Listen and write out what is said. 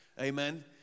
Amen